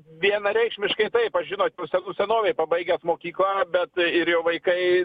vienareikšmiškai taip aš žinot senų senovėj pabaigęs mokyklą bet ir jau vaikai